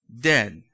dead